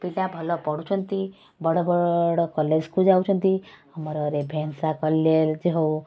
ପିଲା ଭଲ ପଢ଼ୁଛନ୍ତି ବଡ଼ ବଡ଼ କଲେଜକୁ ଯାଉଛନ୍ତି ଆମର ରେଭେନ୍ସା କଲେଜ ହଉ